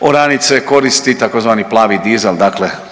oranice koristi tzv. plavi dizel,